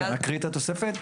רגע, נקריא את התוספת?